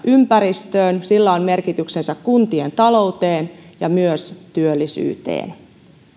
ympäristöön sillä on merkityksensä kuntien talouteen ja myös työllisyyteen